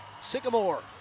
Sycamore